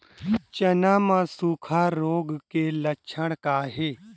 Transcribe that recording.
चना म सुखा रोग के लक्षण का हे?